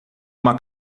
uma